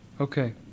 okay